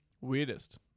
Weirdest